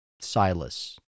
Silas